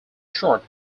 short